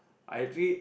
I actually